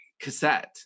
cassette